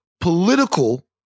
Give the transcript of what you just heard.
political